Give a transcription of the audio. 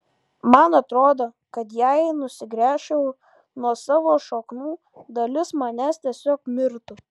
man atrodo kad jei nusigręžčiau nuo savo šaknų dalis manęs tiesiog mirtų